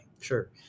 Sure